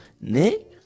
Nick